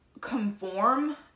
conform